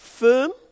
firm